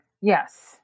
Yes